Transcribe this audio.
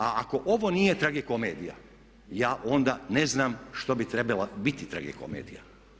A ako ovo nije tragikomedija ja onda ne znam što bi trebala biti tragikomedija.